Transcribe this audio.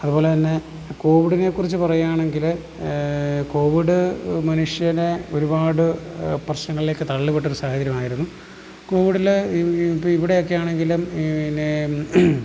അതുപോലെ തന്നെ കോവിഡിനെ കുറിച്ച് പറയുകയാണെങ്കിൽ കോവിഡ് മനുഷ്യനെ ഒരുപാട് പ്രശ്നങ്ങളിലേക്ക് തള്ളിവിട്ട ഒരു സാഹചര്യമായിരുന്നു കോവിഡിൽ ഇപ്പോൾ ഇവിടെയൊക്കെ ആണെങ്കിലും പിന്നേ